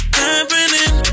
happening